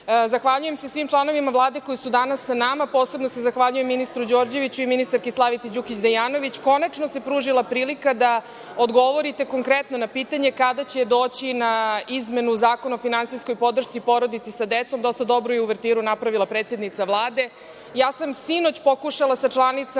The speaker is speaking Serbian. pitanje. Zahvaljujem se svim članovima Vlade koji su danas sa nama. Posebno se zahvaljujem ministru Đorđeviću i ministarki Slavici Đukić Dejanović. Konačno se pružila prilika da odgovorite konkretno na pitanje – tada će doći na izmenu Zakon o finansijskoj podršci porodici sa decom? Dosta dobru uvertiru je napravila predsednica Vlade. Sinoć sam pokušala sa članicama